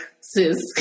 sis